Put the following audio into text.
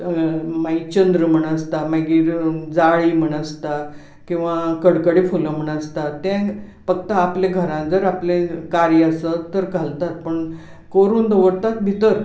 मागीर चंद्र म्हण आसता मागीर जाळी म्हण आसता किंवां कडकडी फुलां म्हण आसतात तें फक्त आपले घरांत जर आपलें कार्य आसत तर घालतात पूण कोरून दवरतात भितर